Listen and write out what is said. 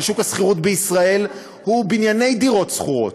של שוק השכירות בישראל הוא בנייני דירות שכורות,